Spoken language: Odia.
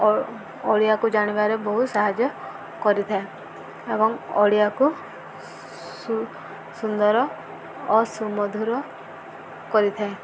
ଓଡ଼ିଆକୁ ଜାଣିବାରେ ବହୁ ସାହାଯ୍ୟ କରିଥାଏ ଏବଂ ଓଡ଼ିଆକୁ ସୁ ସୁନ୍ଦର ଓ ସୁମଧୁର କରିଥାଏ